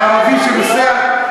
הערבי שנוסע,